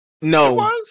no